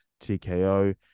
tko